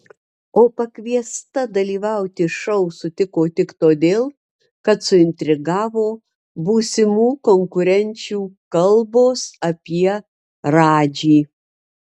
o pakviesta dalyvauti šou sutiko tik todėl kad suintrigavo būsimų konkurenčių kalbos apie radžį